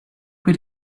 quit